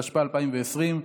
התשפ"א 2020,